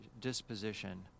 disposition